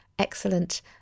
excellent